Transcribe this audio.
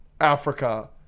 Africa